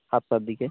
সাতটার দিকে